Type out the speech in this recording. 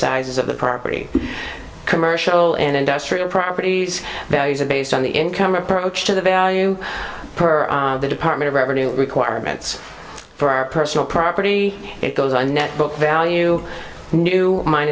size of the property commercial and industrial properties values are based on the income approach to the value per the department of revenue requirements for our personal property it goes on the net book value new min